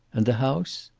and the house?